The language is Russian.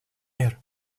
мер